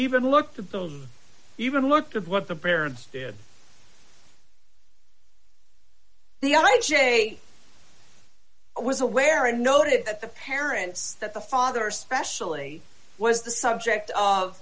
even looked at those even looked at what the parents did the i j was aware and noted that the parents that the father specially was the subject of